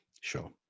Sure